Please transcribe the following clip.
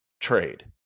trade